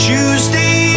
Tuesday